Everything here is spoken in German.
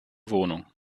wohnung